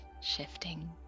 shifting